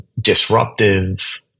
disruptive